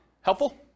Helpful